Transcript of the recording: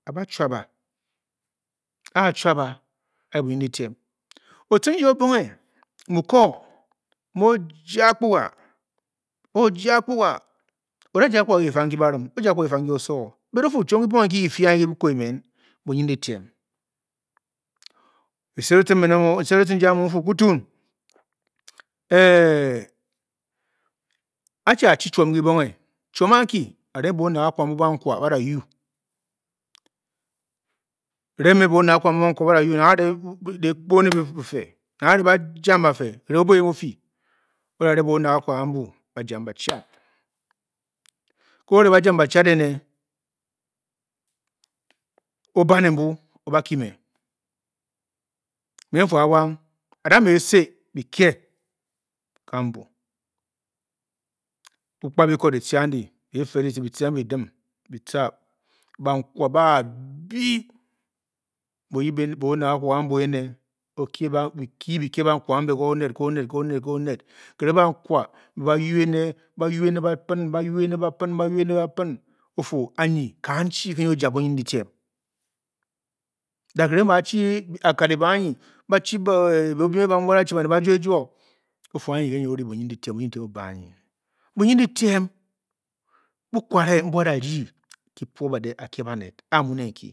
A a ba chuab a, a a chuab a, anyi bunyin-dyitiem. Otcin ji obonghe, mu ko, muu ǒ-jǎ akpuga, o-jâ akpuga. o da ja akpuga ke ke, fang nki barimo-ja akpuga ke, kei fang nki oso, bot o-fuu chiom ki bonghe nki ki fii a nyi, ke biko emen, bunyin-dyitiem n sed ochin ji amuu ene, nfuu ku tuun, a chi, a-chi chuom ki bonghe, chiom anki, a-re me bo-o nang kakwap mbuu, bankwa ba-da yuu, nang a-re dehkpo ne bufe, nang a-re bajam bafe erenghe bubuo eyen vu fii o-da re bo-o nang kakwap ambu bajam bachad, ke ore bajam bachad ene, o-ba ne mbu o-ba kue me, me n-fu-a awang, a-da mě ě-sii bi ku kanbu o-kpa biko ki tce andi, be, fe ditcě, bitcen bi-di, bitca bankwa baf bii, bi yip bo-o nang ka kwap ambu ene, o-kie, bi kií bi kè bankwa ambe, ge oned, ge oned, ge oned, ge-oned ki renghe bankwa ba a-yuu ene, ba-juu ene ba-pin, ba-yuu ene ba-pin anyi kanchi ke nyi o-ja bunyin dyitiem. dat erenghe ba-chii, a kad e-bě anyi, ba chi bo-o-biem ébè ambu, mbu bu-da chi baned ba juo, ejuo, o-fuu, anyi nke nyi o-ri bunyindyi tiem bunyindyitiem buba anyi. bunyin-dyitiem bukware buu a-da ndi ki pwo bádě a kie banned. Ke a a muu ne nki